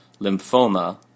lymphoma